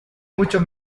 mucho